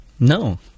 No